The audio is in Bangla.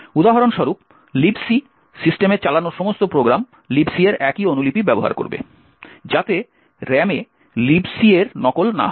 উদাহরণস্বরূপ Libc সিস্টেমে চালানো সমস্ত প্রোগ্রাম Libc এর একই অনুলিপি ব্যবহার করবে যাতে RAM তে Libc এর নকল না হয়